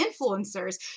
influencers